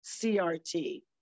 CRT